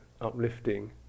uplifting